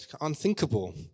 unthinkable